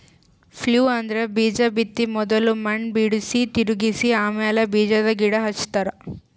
plough ಅಂದ್ರ ಬೀಜಾ ಬಿತ್ತ ಮೊದುಲ್ ಮಣ್ಣ್ ಬಿಡುಸಿ, ತಿರುಗಿಸ ಆಮ್ಯಾಲ ಬೀಜಾದ್ ಗಿಡ ಹಚ್ತಾರ